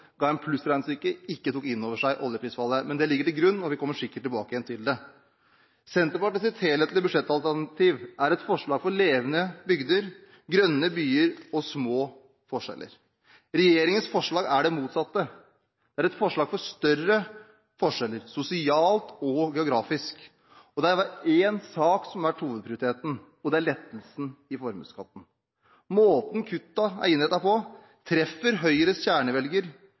plussregnestykke og ikke tok inn over seg oljeprisfallet. Men det ligger til grunn, og vi kommer sikkert tilbake igjen til det. Senterpartiets helhetlige budsjettalternativ er et forslag for levende bygder, grønne byer og små forskjeller. Regjeringens forslag er det motsatte. Det er et forslag for større forskjeller, sosialt og geografisk. Det er én sak som har vært hovedprioritet, og det er lettelsen i formuesskatten. Måten kuttene er innrettet på, treffer Høyres